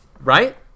Right